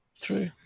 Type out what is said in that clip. True